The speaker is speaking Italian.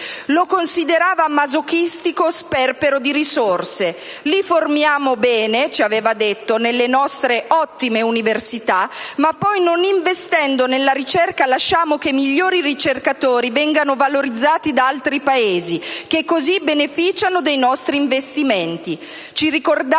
lo considerava masochistico sperpero di risorse. Li formiamo bene - ci aveva detto - nelle nostre ottime università ma poi, non investendo nella ricerca, lasciamo che i migliori ricercatori vengano valorizzati da altri Paesi, che così beneficiano dei nostri investimenti. Ci ricordava